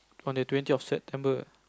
on the twentieth of September